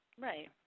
Right